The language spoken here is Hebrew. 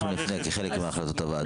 אנחנו נפנה כחלק מהחלטות הוועדה.